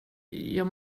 jag